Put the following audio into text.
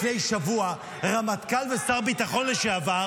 שכאשר לפני שבוע רמטכ"ל ושר ביטחון לשעבר